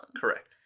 Correct